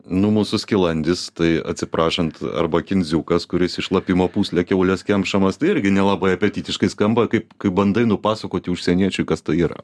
nu mūsų skilandis tai atsiprašant arba kindziukas kuris į šlapimo pūslę kiaulės kemšamas tai irgi nelabai apetitiškai skamba kaip kai bandai nupasakoti užsieniečiui kas tai yra